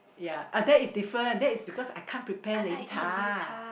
ya uh that's different that's because I can't prepare 擂茶